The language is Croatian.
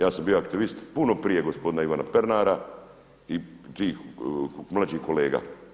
Ja sam bio aktivist puno prije gospodina Ivana Pernara i tih mlađih kolega.